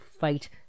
fight